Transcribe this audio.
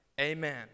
Amen